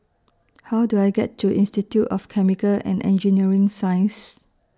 How Do I get to Institute of Chemical and Engineering Sciences